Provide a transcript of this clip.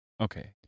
okay